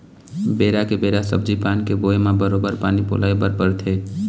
बेरा के बेरा सब्जी पान के बोए म बरोबर पानी पलोय बर परथे